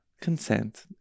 Consent